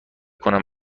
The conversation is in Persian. کنم